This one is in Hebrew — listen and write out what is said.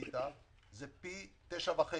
בכיתה זה פי 9.5